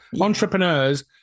Entrepreneurs